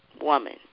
woman